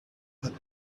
but